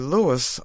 Lewis